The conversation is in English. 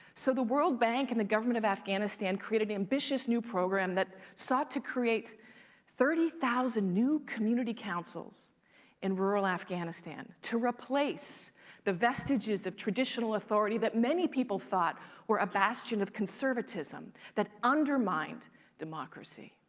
so the world bank and the government of afghanistan created an ambitious new program that sought to create thirty thousand new community councils in rural afghanistan to replace the vestiges of traditional authority that many people thought were a bastion of conservatism that undermined democracy.